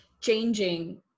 changing